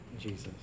Jesus